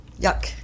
Yuck